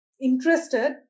interested